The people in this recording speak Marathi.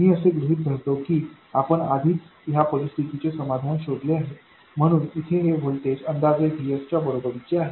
मी असे गृहित धरतो की आपण आधीच ह्या परिस्थितीचे समाधान शोधले आहे म्हणून येथे हे व्होल्टेज अंदाजे VS च्या बरोबरीचे आहे